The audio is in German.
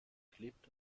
klebt